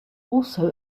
also